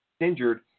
injured